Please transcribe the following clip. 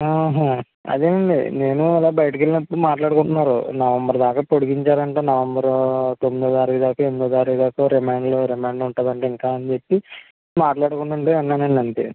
ఆహూ అదేనండి నేను అలా బయటకెళ్లినప్పుడు మాట్లాడుకుంటున్నారు నవంబర్ దాకా పొడిగించరంటా నవంబర్ తొమ్మిదో తారిఖు దాక ఎనిమిదో తారిఖు దాక రిమాండ్లో రిమాండ్ ఉంటుందంటా ఇంకా అని చెప్పి మాట్లాడుకుంటుంటే విన్నానండి అంతే